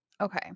Okay